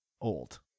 old